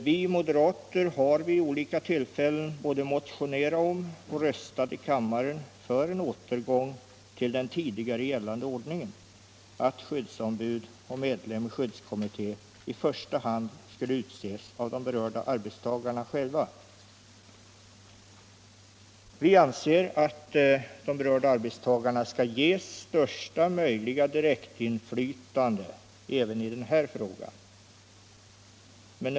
Vi moderater har vid olika tillfällen både motionerat om och röstat i kammaren för en återgång till den tidigare gällande ordningen, att skyddsombud och medlem i skyddskommitté i första hand skulle utses av de berörda arbetstagarna själva. Vi anser att de berörda arbetstagarna skall ges största möjliga direktinflytande även i den här frågan.